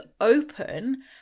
open